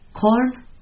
Corn